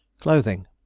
Clothing